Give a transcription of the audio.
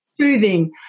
soothing